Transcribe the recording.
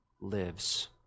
lives